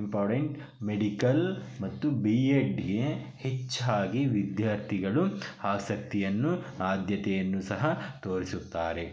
important medical ಮತ್ತು B ಎಡ್ಗೆ ಹೆಚ್ಚಾಗಿ ವಿದ್ಯಾರ್ಥಿಗಳು ಆಸಕ್ತಿಯನ್ನು ಆದ್ಯತೆಯನ್ನು ಸಹ ತೋರಿಸುತ್ತಾರೆ